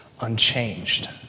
unchanged